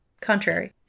contrary